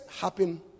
happen